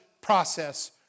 process